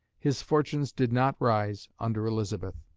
his fortunes did not rise under elizabeth.